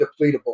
depletable